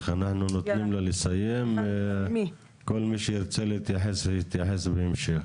אנחנו נותנים לה לסיים וכל מי שירצה להתייחס יתייחס בהמשך.